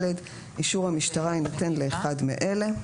אישור המשטרה יינתן לאחד מאלה: